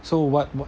so what what